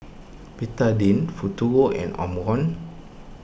Betadine Futuro and Omron